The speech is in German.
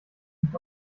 nicht